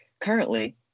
Currently